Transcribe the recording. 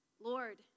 Lord